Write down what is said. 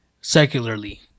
secularly